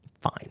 fine